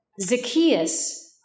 Zacchaeus